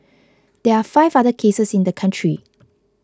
there are five other cases in the country